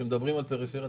כשמדברים על פריפריה,